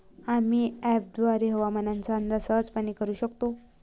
आम्ही अँपपद्वारे हवामानाचा अंदाज सहजपणे करू शकतो